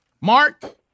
Mark